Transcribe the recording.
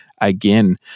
again